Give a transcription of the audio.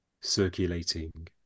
circulating